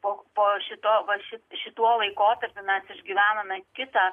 po po šito va su ši šituo laikotarpiu mes išgyvenome kitą